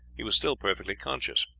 he was still perfectly conscious.